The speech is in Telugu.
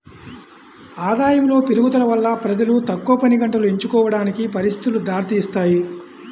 ఆదాయములో పెరుగుదల వల్ల ప్రజలు తక్కువ పనిగంటలు ఎంచుకోవడానికి పరిస్థితులు దారితీస్తాయి